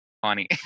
funny